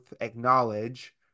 acknowledge